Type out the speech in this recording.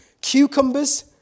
cucumbers